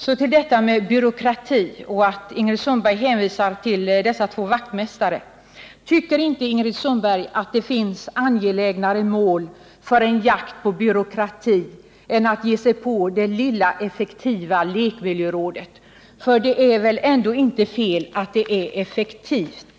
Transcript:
Så till talet om byråkrati. Ingrid Sundberg talade om de två vaktmästarna. Tycker inte Ingrid Sundberg att det finns angelägnare mål för en jakt på byråkrati än att ge sig på det lilla effektiva lekmiljörådet? Det är väl ändå inte fel att det är effektivt.